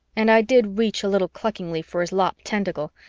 and i did reach a little cluckingly for his lopped tentacle,